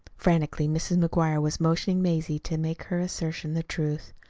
frantically mrs. mcguire was motioning mazie to make her assertion the truth.